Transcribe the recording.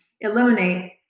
eliminate